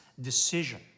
decision